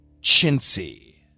chintzy